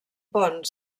pont